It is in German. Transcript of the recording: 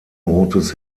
rotes